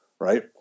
Right